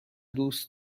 دوست